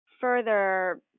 further